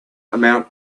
amount